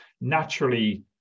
Naturally